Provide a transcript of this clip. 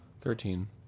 Thirteen